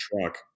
truck